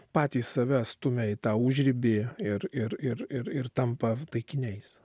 patys save stumia į tą užribį ir ir ir ir ir tampa taikiniai